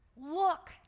look